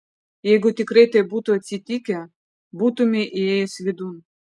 jeigu tikrai taip būtų atsitikę būtumei įėjęs vidun